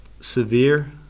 severe